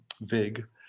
VIG